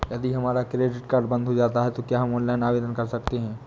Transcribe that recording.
यदि हमारा credit card बंद हो जाता है तो क्या हम ऑनलाइन आवेदन कर सकते हैं?